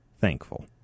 thankful